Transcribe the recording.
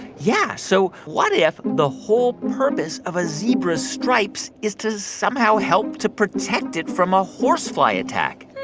yeah. so what if the whole purpose of a zebra's stripes is to somehow help to protect it from a horsefly attack?